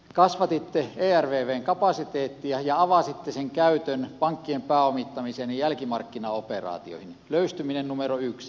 ensin kasvatitte ervvn kapasiteettia ja avasitte sen käytön pankkien pääomittamiseen ja jälkimarkkinaoperaatioihin löystyminen numero yksi